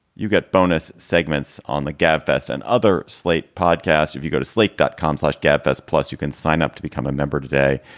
you get bonus segments on the gabfest and other slate podcasts if you go to sleep, dotcom slash gabfests. plus you can sign up to become a member today.